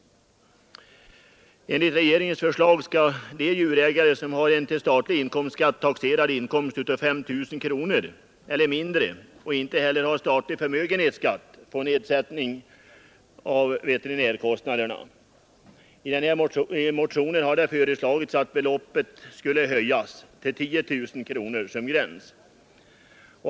Enligt regeringens förslag skall vidare de djurägare som har en till statlig inkomstskatt taxerad inkomst av 5 000 kronor eller mindre och ej heller har statlig förmögenhetsskatt få nedsättning av veterinärkostnaderna. I en motion har föreslagits att den gränsen skulle höjas till 10 000 kronor.